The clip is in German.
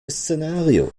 szenario